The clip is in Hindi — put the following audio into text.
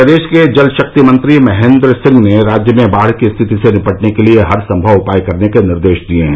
प्रदेश के जल शक्ति मंत्री डॉ महेन्द्र सिंह ने राज्य में बाढ़ की स्थिति से निपटने के लिए हरसंभव उपाय करने के निर्देश दिए हैं